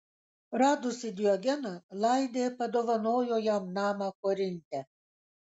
radusi diogeną laidė padovanojo jam namą korinte